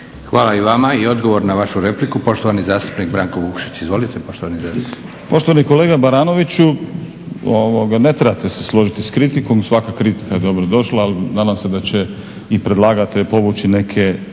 Hvala i vama. I odgovor na vašu repliku poštovani zastupnik Branko Vukšić. Izvolite poštovani zastupniče. **Vukšić, Branko (Hrvatski laburisti - Stranka rada)** Poštovani kolega Baranoviću ne trebate se složiti sa kritikom, svaka kritika je dobro došla ali nadam se da će i predlagatelj povući neke